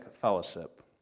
fellowship